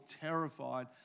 terrified